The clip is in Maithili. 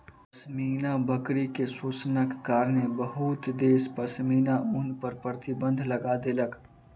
पश्मीना बकरी के शोषणक कारणेँ बहुत देश पश्मीना ऊन पर प्रतिबन्ध लगा देलक